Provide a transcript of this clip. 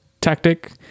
Tactic